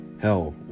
hell